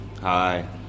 Hi